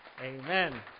Amen